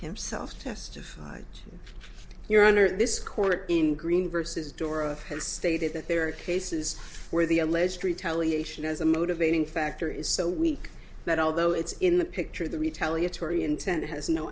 himself testified your honor this court in green vs dora has stated that there are cases where the alleged retaliation as a motivating factor is so weak that although it's in the picture the retaliatory intent has no